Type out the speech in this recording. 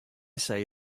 say